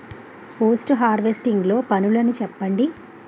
Post harvesting లో పనులను చెప్పండి?